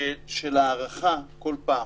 של הארכה כל פעם?